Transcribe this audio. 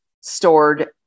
stored